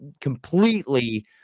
completely